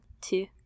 two